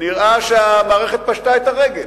נראה שהמערכת פשטה את הרגל.